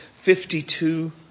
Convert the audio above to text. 52